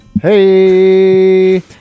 Hey